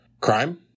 Crime